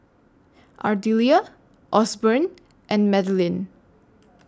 Ardelia Osborne and Madlyn